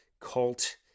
cult